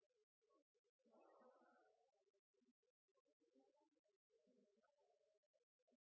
viktig det er å ha